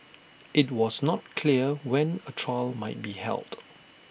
IT was not clear when A trial might be held